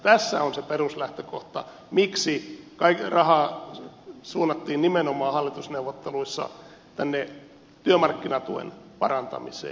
tässä on se peruslähtökohta miksi rahaa suunnattiin hallitusneuvotteluissa nimenomaan tänne työmarkkinatuen parantamiseen